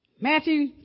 Matthew